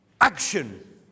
action